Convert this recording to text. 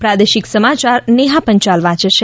પ્રાદેશિક સમાયાર નેહા પંચાલ વાંચે છે